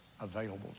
available